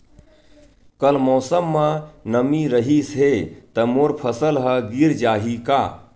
कल मौसम म नमी रहिस हे त मोर फसल ह गिर जाही का?